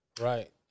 Right